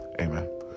Amen